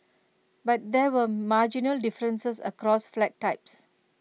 but there were marginal differences across flat types